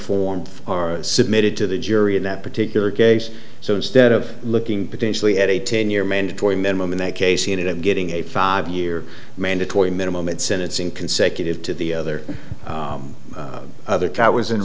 form or submitted to the jury in that particular case so instead of looking potentially at a ten year mandatory minimum in that case he ended up getting a five year mandatory minimum at sentencing consecutive to the other other count was in